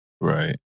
Right